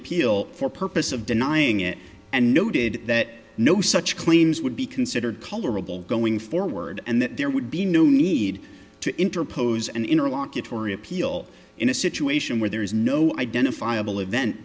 appeal for purpose of denying it and noted that no such claims would be considered colorable going forward and that there would be no need to interpose an interlocutory appeal in a situation where there is no identifiable event